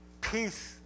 peace